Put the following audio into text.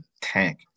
tank